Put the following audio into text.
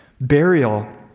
Burial